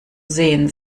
sehen